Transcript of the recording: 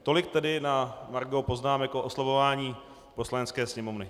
Tolik tedy na margo poznámek o oslabování Poslanecké sněmovny.